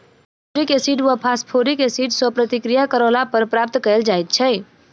sulphuric acid वा phosphoric acid सॅ प्रतिक्रिया करौला पर प्राप्त कयल जाइत छै